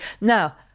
Now